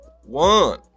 one